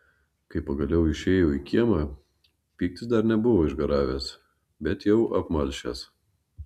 kai pagaliau išėjo į kiemą pyktis dar nebuvo išgaravęs bet jau apmalšęs